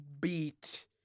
beat